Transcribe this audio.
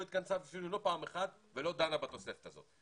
התכנסה אפילו לא פעם אחת ולא דנה בתוספת הזאת.